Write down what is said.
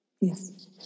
Yes